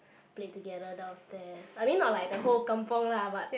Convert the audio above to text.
play together downstairs I mean not like the whole Kampung lah but